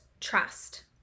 trust